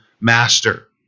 master